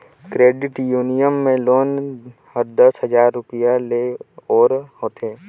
credit union में loan हर दस हजार रूपिया ले ओर होथे